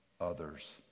others